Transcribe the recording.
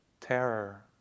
terror